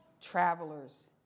travelers